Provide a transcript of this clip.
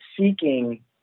seeking